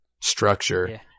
structure